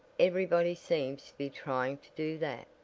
everybody seems to be trying to do that.